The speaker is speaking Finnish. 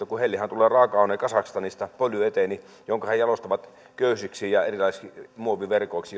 kun heillehän tulee raaka aine kazakstanista polyeteeni jonka he jalostavat köysiksi ja erilaisiksi muoviverkoiksi